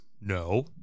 No